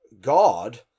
God